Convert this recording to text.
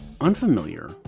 unfamiliar